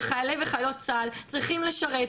שחיילי וחיילות צה"ל צריכים לשרת,